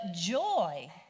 joy